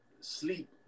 sleep